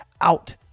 out